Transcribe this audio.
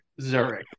Zurich